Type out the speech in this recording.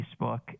Facebook